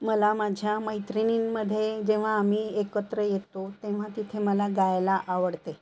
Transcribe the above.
मला माझ्या मैत्रिणींमध्ये जेव्हा आम्ही एकत्र येतो तेव्हा तिथे मला गायला आवडते